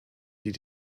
die